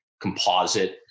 composite